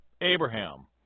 Abraham